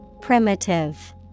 Primitive